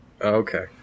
Okay